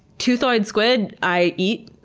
teuthoid squid i eat.